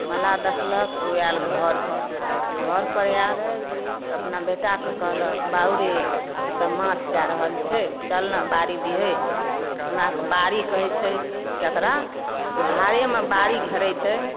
मल्लाह देखलक तऽ ओ आयल घर पर घर पर आयल तऽ अपना बेटाकेँ कहलक बाउ रे एतय माछ जा रहल छै चल नऽ बाड़ी धरि हमराक बाड़ी कहैत छै ककरा ओ धारेमे बाड़ी घेरैत छै